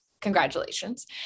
congratulations